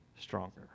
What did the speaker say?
stronger